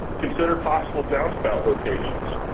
consider possible downspout locations.